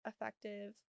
effective